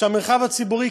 שהמרחב הציבורי,